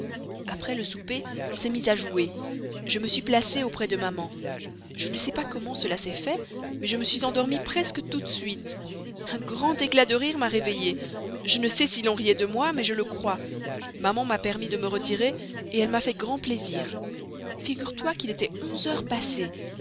après le souper on s'est mis à jouer je me suis placée auprès de maman je ne sais pas comment cela s'est fait mais je me suis endormie presque tout de suite un grand éclat de rire m'a réveillée je ne sais si l'on riait de moi mais je le crois maman m'a permis de me retirer elle m'a fait grand plaisir figure-toi qu'il était onze heures passées